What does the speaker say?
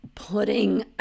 putting